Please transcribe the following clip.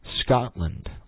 Scotland